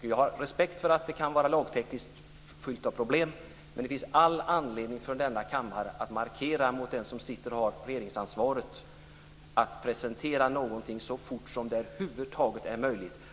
Jag har respekt för att det kan vara lagtekniskt fyllt av problem. Men det finns all anledning att från denna kammare markera för de som har regeringsanvaret att man ska presentera någonting så fort som det över huvud taget är möjligt.